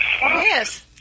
yes